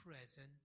present